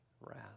wrath